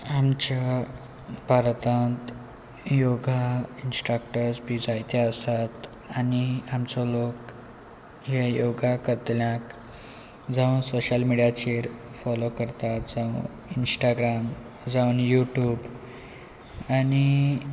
आमच्या भारतांत योगा इनस्ट्राकटर्स बी जायते आसात आनी आमचो लोक हे योगा करतल्याक जावं सोशल मिडियाचेर फॉलो करतात जावं इंस्टाग्राम जावन यू ट्यूब आनी